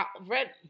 Red